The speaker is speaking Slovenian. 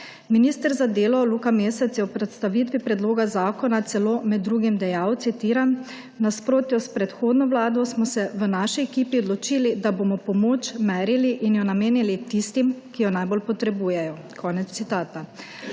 Minister za delo Luka Mesec je ob predstavitvi predloga zakona celo med drugim dejal, citiram: »V nasprotju s predhodno vlado smo se v naši ekipi odločili, da bomo pomoč merili in jo namenili tistim, ki jo najbolj potrebujejo«.